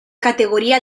categoría